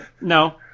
No